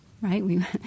right